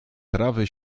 trawy